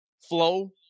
flow